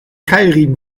keilriemen